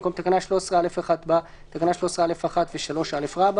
במקום "תקנה 13(א)(1)" בא "תקנה 13(א)(1) ו-(3א)".